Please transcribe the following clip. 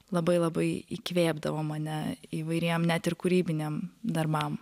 labai labai įkvėpdavo mane įvairiem net ir kūrybiniam darbam